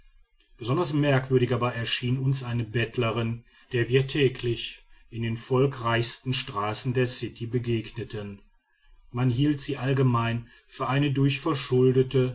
besonders merkwürdig aber erschien uns eine bettlerin der wir täglich in den volkreichsten straßen der city begegneten man hielt sie allgemein für eine durch verschuldete